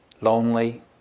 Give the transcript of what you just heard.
lonely